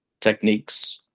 techniques